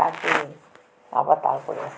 আবার তারপরে